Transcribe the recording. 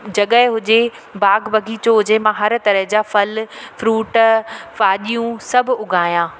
जॻहि हुजे बाग बगीचो हुजे मां हर तरह जा फल फ्रूट भाॼियूं सभु उगाया